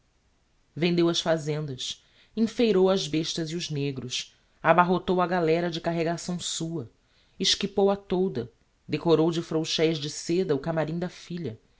vendeu as fazendas enfeirou as bestas e os negros abarrotou a galera de carregação sua esquipou a tolda decorou de frouxeis de sêda o camarim da filha